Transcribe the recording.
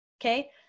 okay